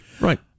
Right